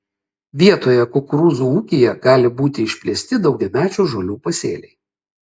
vietoje kukurūzų ūkyje gali būti išplėsti daugiamečių žolių pasėliai